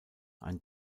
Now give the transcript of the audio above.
ein